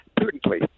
prudently